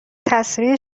تسریع